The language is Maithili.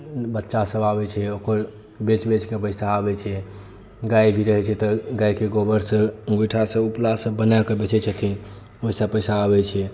बच्चा सभ आबै छै ओकर बेच बेचके पैसा आबै छै गाय भी रहै छै तऽ गायके गोबरसँ गोइठा सभ उपला सभ बनाकऽ बेचै छथिन ओहिसँ पैसा आबै छै